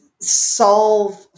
solve